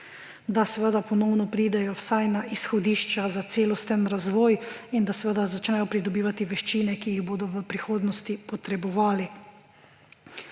da seveda ponovno pridejo vsaj na izhodišča za celostni razvoj in da začnejo pridobivati veščine, ki jih bodo v prihodnosti potrebovali.